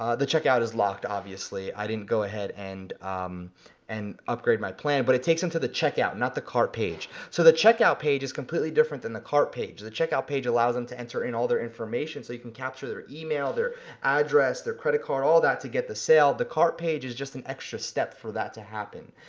ah the check out is locked obviously, i didn't go ahead and and upgrade my plan, but it takes them to the checkout, not the cart page. so the checkout page is completely different than the cart page. the checkout page allows them to enter in all their information so you can capture their email, their address, their credit card, all that to get the sale. the cart page is just an extra step for that to happen.